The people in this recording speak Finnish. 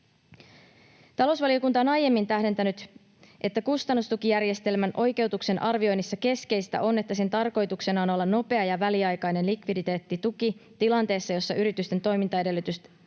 Talousvaliokunta on aiemmin tähdentänyt, että kustannustukijärjestelmän oikeutuksen arvioinnissa keskeistä on, että sen tarkoituksena on olla nopea ja väliaikainen likviditeettituki tilanteessa, jossa yritysten toimintaedellytykset